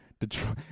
Detroit